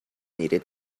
needed